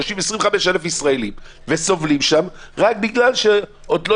יושבים 25,000 ישראלים וסובלים שם רק בגלל שעוד לא